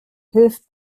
hilft